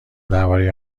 درباره